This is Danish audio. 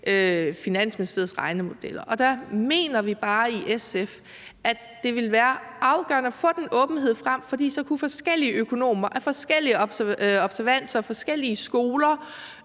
Finansministeriets regnemodeller. Og der mener vi bare i SF, at det ville være afgørende at få den åbenhed frem, for så kunne forskellige økonomer af forskellige observanser og fra forskellige skoler